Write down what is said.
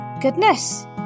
Goodness